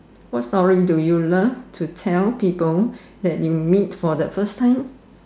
what story do you love to tell people that you meet for the first time